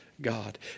God